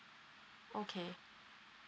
okay